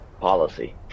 policy